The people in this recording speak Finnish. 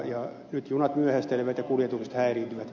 nyt junat myöhästelevät ja kuljetukset häiriintyvät